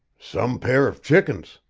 some pair of chickens!